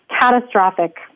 catastrophic